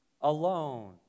alone